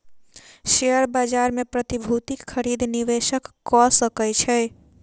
share बाजार मे प्रतिभूतिक खरीद निवेशक कअ सकै छै